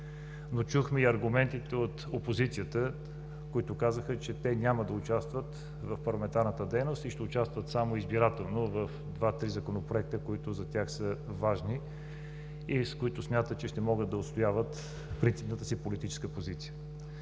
Но чухме аргументите и от опозицията, които казаха, че те няма да участват в парламентарната дейност и ще участват само избирателно в два-три законопроекта, които за тях са важни и с които смятат, че ще могат да отстояват принципната си политическа позиция.